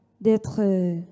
D'être